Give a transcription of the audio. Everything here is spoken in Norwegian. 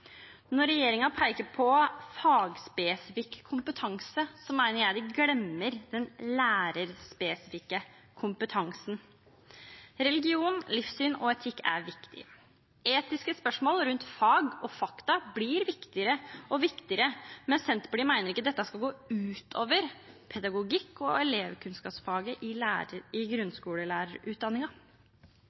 Når regjeringen peker på fagspesifikk kompetanse, mener jeg de glemmer den lærerspesifikke kompetansen. Religion, livssyn og etikk er viktig. Etiske spørsmål rundt fag og fakta blir viktigere og viktigere, men Senterpartiet mener dette ikke skal gå ut over pedagogikk og elevkunnskapsfaget i grunnskolelærerutdanningen. Enormt viktig er også pedagogikk og didaktikk i